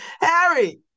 Harry